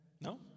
No